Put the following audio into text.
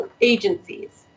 agencies